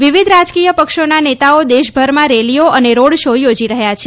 વિવિધ રાજકીય પક્ષોના નેતાઓ દેશભરમાં રેલીઓ અને રોડ શો યોજી રહ્યા છે